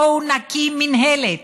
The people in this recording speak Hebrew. בואו נקים מינהלת,